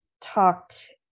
talked